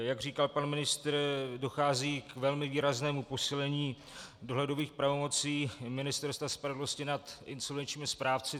Jak říkal pan ministr, dochází k velmi výraznému posílení dohledových pravomocí Ministerstva spravedlnosti nad insolvenčními správci.